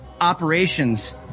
operations